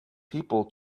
people